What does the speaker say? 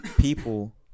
people